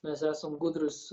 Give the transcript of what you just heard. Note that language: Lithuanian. mes esam gudrūs